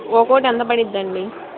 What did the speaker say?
ఒక్కొక్కటి ఎంత పడుతుంది అండి